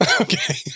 Okay